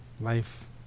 Life